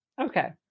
Okay